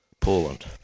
Poland